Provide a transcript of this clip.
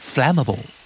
Flammable